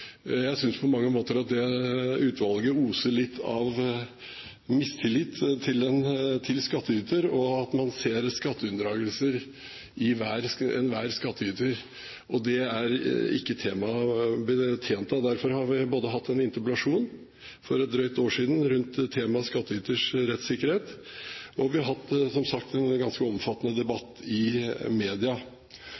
Jeg synes på mange måter at det utvalget oser litt av mistillit til skattyter, at man ser skatteunndragelser i enhver skattyter, og det er ikke temaet tjent med. Derfor har vi både hatt en interpellasjon for et knapt år siden rundt temaet skattyters rettssikkerhet, og vi har som sagt hatt en ganske omfattende